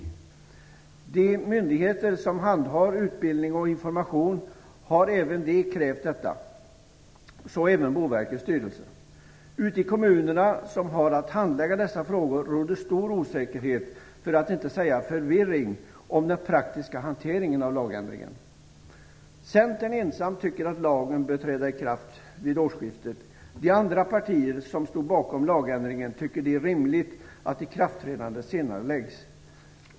Även de myndigheter som handhar utbildning och information har krävt detta, så också Boverkets styrelse. Ute i kommunerna, som har att handlägga dessa frågor, råder stor osäkerhet, för att inte säga förvirring, om den praktiska hanteringen av lagändringen. Centern ensam tycker att lagen bör träda i kraft vid årsskiftet. De andra partier som stod bakom lagändringen tycker att det är rimligt att ikraftträdandet senareläggs.